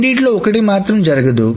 రెండింటిలో ఒకటి మాత్రం జరగదు